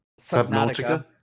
Subnautica